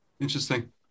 Interesting